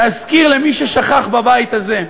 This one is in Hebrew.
להזכיר למי ששכח בבית הזה,